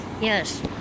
Yes